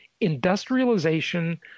industrialization